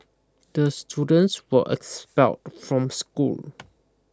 the students were expelled from school